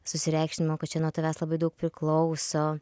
susireikšminimo kad čia nuo tavęs labai daug priklauso